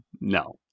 no